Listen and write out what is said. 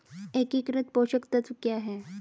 एकीकृत पोषक तत्व क्या है?